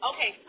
Okay